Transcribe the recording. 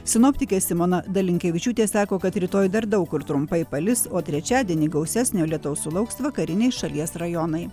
sinoptikė simona dalinkevičiūtė sako kad rytoj dar daug kur trumpai palis o trečiadienį gausesnio lietaus sulauks vakariniai šalies rajonai